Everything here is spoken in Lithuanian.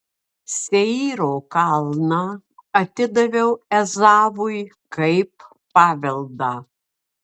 seyro kalną atidaviau ezavui kaip paveldą